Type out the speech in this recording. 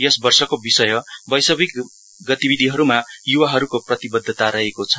यस वर्षको विषय वैश्विक गतिविधिहरुमा युवाहरुको प्रतिबद्धता रहेको छ